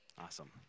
Awesome